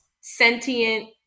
sentient